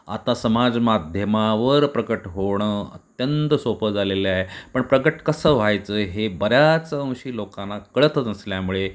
आता समाज माध्यमावर प्रकट होणं अत्यंत सोपं झालेलं आहे पण प्रकट कसं व्हायचं हे बऱ्याच अंशी लोकांना कळतंच नसल्यामुळे